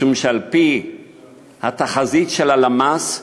משום שעל-פי התחזית של הלמ"ס,